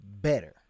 better